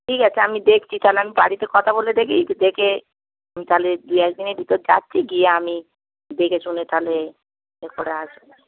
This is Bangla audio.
ঠিক আছে আমি দেখছি তাহলে আমি বাড়িতে কথা বলে দেখি দেখে আমি তাহলে দু এক দিনের ভিতর যাচ্ছি গিয়ে আমি দেখে শুনে তাহলে এ করে আসব